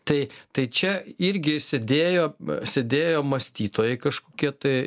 tai tai čia irgi sėdėjo sėdėjo mąstytojai kažkokie tai